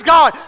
God